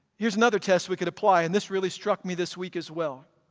here's another test we could apply and this really struck me this week as well